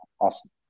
Awesome